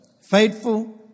Faithful